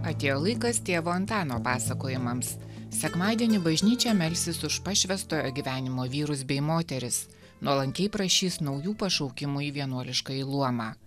atėjo laikas tėvo antano pasakojimams sekmadienį bažnyčia melsis už pašvęstojo gyvenimo vyrus bei moteris nuolankiai prašys naujų pašaukimų į vienuoliškąjį luomą